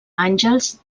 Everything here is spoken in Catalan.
àngels